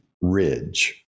Ridge